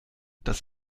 das